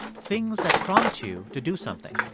things that prompt you to do something.